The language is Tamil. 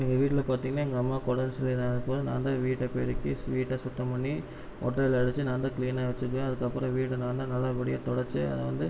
எங்கள் வீட்டில் பார்த்தீங்கன்னா எங்கள் அம்மாவுக்கு உடம்பு சரி இல்லாத நேரத்தில் நான் தான் வீட்டை பெருக்கி வீட்டை சுத்தம் பண்ணி ஒட்டடை அடிச்சு நான் தான் க்ளீனாக வச்சிக்குவேன் அதற்கப்பறம் வீட்டை நான் தான் நல்ல படியாக தொடச்சு அதை வந்து